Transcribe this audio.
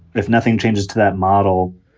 if nothing changes to that model,